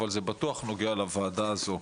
אבל זה בטוח נוגע לוועדה הזו.